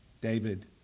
David